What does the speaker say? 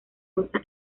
rosa